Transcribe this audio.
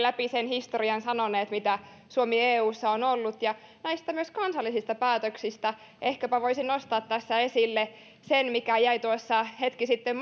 sanoneet läpi sen historian mitä suomi eussa on ollut näistä kansallisista päätöksistä ehkäpä voisin nostaa tässä esille sen mikä jäi tuossa hetki sitten